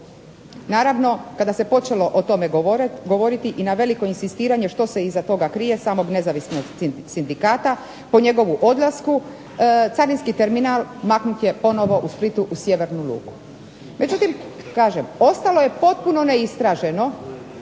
Naravno, kada se počelo o tome govoriti i na veliko inzistiranje što se iza toga krije samog Nezavisnog sindikata po njegovu odlasku carinski terminal maknut je ponovno u Splitu u Sjevernu luku. Međutim, kažem, ostalo je potpuno neistraženo